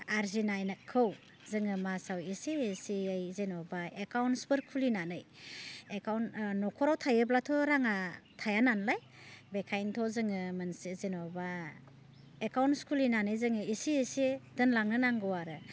आरजिनायखौ जोङो मासआव एसे एसेयै जेनेबा एकाउन्टसफोर खुलिनानै एकाउन्ट न'खराव थायोब्लाथ' राङा थाया नालाय बेखायनोथ' जोङो मोनसे जेनेबा एकाउन्टस खुलिनानै जोङो एसे एसे दोनलांनो नांगौ आरो